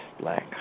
black